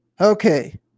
Okay